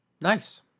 Nice